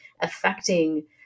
affecting